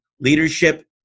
leadership